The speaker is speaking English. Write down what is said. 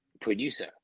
producer